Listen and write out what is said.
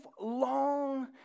long